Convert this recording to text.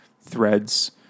threads